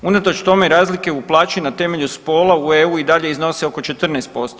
Unatoč tome razlike u plaći na temelju spola u EU i dalje iznose oko 14%